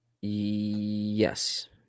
Yes